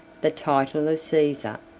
the title of caesar,